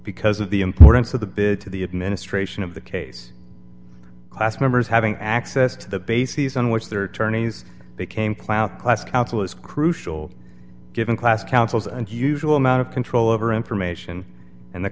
because of the importance of the bit to the administration of the case class members having access to the bases on which their turnings became clout class council is crucial given class councils and usual amount of control over information and the